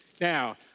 Now